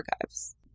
archives